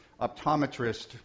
optometrist